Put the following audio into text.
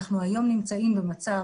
אנחנו היום נמצאים במצב